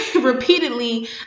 repeatedly